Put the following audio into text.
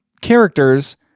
characters